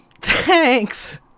Thanks